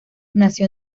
nació